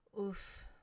Oof